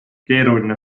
keeruline